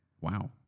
wow